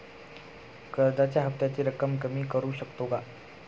कर्जाच्या हफ्त्याची रक्कम कमी करू शकतो का?